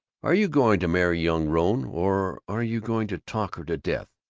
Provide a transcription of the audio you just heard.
are you going to marry young rone, or are you going to talk her to death?